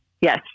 Yes